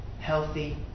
healthy